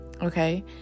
okay